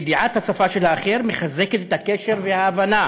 ידיעת השפה של האחר מחזקת את הקשר וההבנה